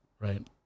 Right